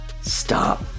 stop